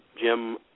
Jim